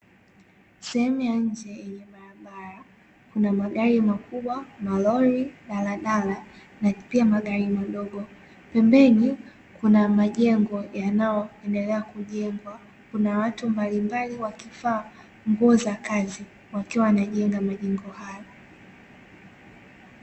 Sehemu ya nje ya barabara kuna magari makubwa mawili lori, daladala pia magari madogo, pembeni kuna majengo yanayoendelea kujengwa, kunawatu mbalimbali wakivaa nguo za kazi wakiwa wanajenge majengo hayo.